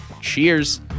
Cheers